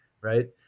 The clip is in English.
right